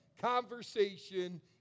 conversation